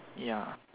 ya